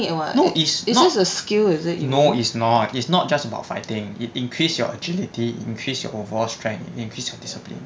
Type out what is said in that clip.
no it's it's not no is not is not just about fighting it increase your agility increase your overall strength increase of discipline